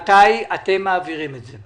מתי אתם מעבירים את זה?